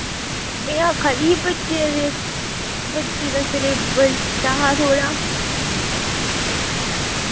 में आक्खा दी ही बच्चे दे बच्चे दा सलेबस दा हा थोह्ड़ा